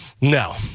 No